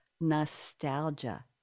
nostalgia